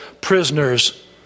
prisoners